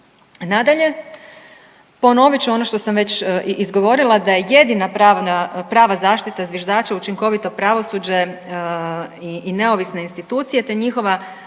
Nadalje, ponovit ću ono što sam već i izgovorila, da je jedina pravna prava zaštita zviždača učinkovito pravosuđe i neovisne institucije te njihova